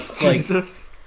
Jesus